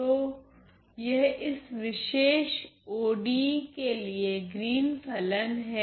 तो यह इस विशेष ODE के लिए ग्रीन फलन हैं